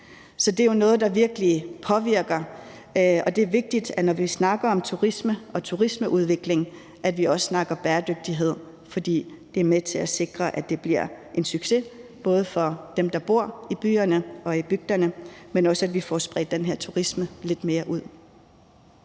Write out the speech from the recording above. Så det er jo noget, der virkelig har en påvirkning, og det er vigtigt, når vi snakker om turisme og turismeudvikling, at vi også snakker om bæredygtighed, for det er med til at sikre, at det bliver en succes, både for dem, der bor i byerne og i bygderne, men også i forhold til at vi får spredt den her turisme lidt mere ud.